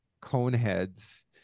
Coneheads